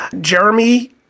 Jeremy